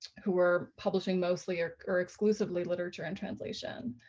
who were publishing mostly or or exclusively literature and translation.